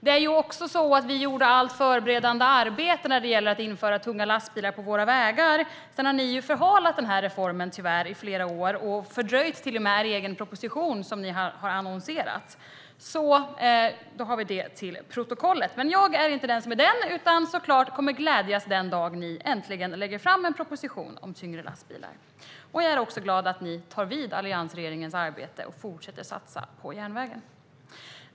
Det är också så att vi gjorde allt förberedande arbete för införande av tunga lastbilar på våra vägar. Sedan har ni tyvärr förhalat den här reformen i flera år. Ni har till och med fördröjt er egen proposition, som ni har annonserat. Då har vi fört det till protokollet! Men jag är inte den som är den, utan jag kommer såklart att glädjas den dag ni äntligen lägger fram en proposition om tyngre lastbilar. Jag är också glad att ni tar vid alliansregeringens arbete och fortsätter att satsa på järnvägen.